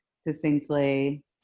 succinctly